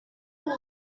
uyu